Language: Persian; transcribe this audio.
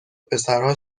پسرها